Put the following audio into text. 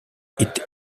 its